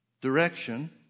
direction